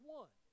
one